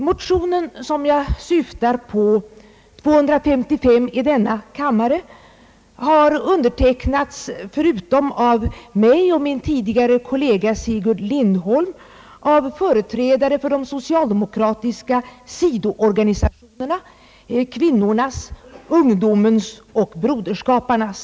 Motionen som jag syftar på, I: 255, har undertecknats förutom av mig och min tidigare kollega Sigurd Lindholm, av företrädare för de socialdemokratiska sidoorganisationerna — kvinnornas, ungdomens och broderskaparnas.